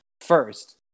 first